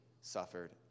suffered